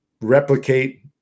replicate